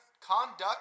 conduct